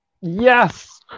Yes